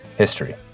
history